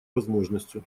возможностью